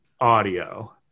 audio